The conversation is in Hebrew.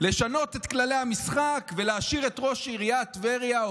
לשנות את כללי המשחק ולהשאיר את ראש עיריית טבריה,